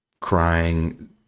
crying